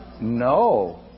No